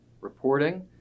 reporting